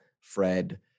Fred